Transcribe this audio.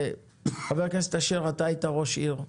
חבר הכנסת אשר, אתה היית ראש עיר,